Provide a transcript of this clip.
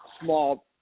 small